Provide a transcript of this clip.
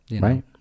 Right